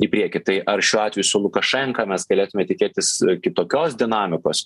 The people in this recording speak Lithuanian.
į priekį tai ar šiuo atveju su lukašenka mes galėtume tikėtis kitokios dinamikos